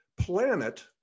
Planet